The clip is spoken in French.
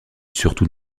surtout